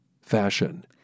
fashion